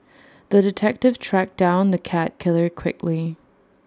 the detective tracked down the cat killer quickly